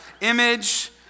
image